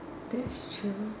that's true